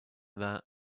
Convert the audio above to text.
that